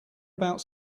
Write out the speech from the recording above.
about